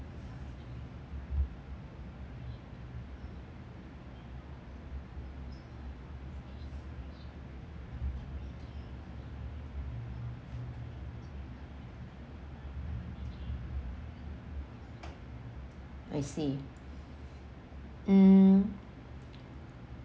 I see um